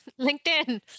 LinkedIn